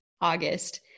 August